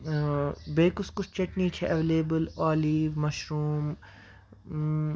بیٚیہِ کُس کُس چیٹنی چھےٚ ایویلیبٕل اولِو مَشروٗم